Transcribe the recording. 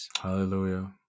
Hallelujah